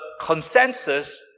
consensus